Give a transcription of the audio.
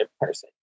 person